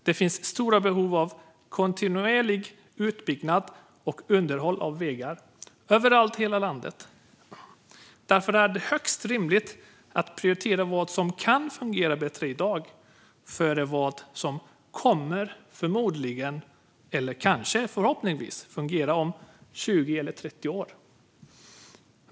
Det finns stora behov av kontinuerlig utbyggnad och kontinuerligt underhåll av vägar överallt i hela landet. Därför är det högst rimligt att prioritera vad som kan fungera bättre i dag framför vad som förmodligen eller kanske, förhoppningsvis, kommer att fungera om 20 eller 30 år.